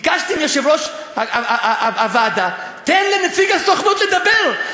ביקשתי מיושב-ראש הוועדה: תן לנציג הסוכנות לדבר.